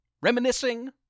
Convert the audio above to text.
reminiscing